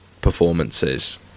performances